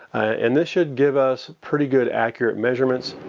and this should give us pretty good, accurate measurements.